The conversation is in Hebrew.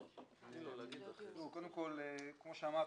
קודם כל כמו שאמרת,